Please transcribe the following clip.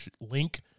link